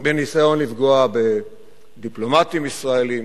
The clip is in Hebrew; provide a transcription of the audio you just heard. בניסיון לפגוע בדיפלומטים ישראלים.